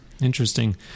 Interesting